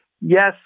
yes